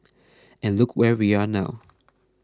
and look where we are now